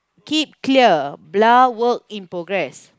keep clear blah work in progress